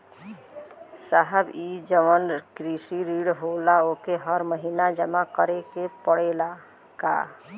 साहब ई जवन कृषि ऋण होला ओके हर महिना जमा करे के पणेला का?